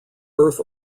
earth